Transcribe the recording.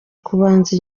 kubanza